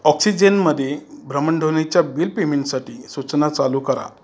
ऑक्सिजेनमध्ये भ्रमणध्वनीच्या बिल पेमेंटसाठी सूचना चालू करा